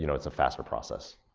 you know it's a faster process.